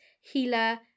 healer